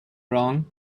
wrong